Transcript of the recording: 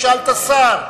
הוא שאל את השר.